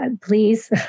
please